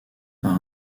par